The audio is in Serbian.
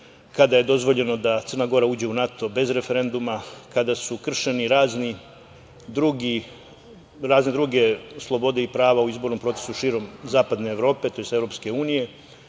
kada je dozvoljeno da Crna Gora uđe u NATO bez referenduma, kada su kršeni razne druge slobode i prava u izbornom procesu širom zapadne Evrope, tj. EU, kada je